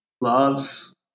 loves